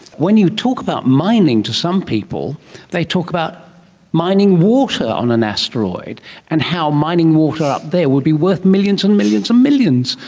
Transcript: when you talk about mining to some people they talk about mining water on an asteroid and how mining water up there would be worth millions and millions and millions.